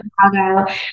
Chicago